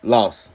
Loss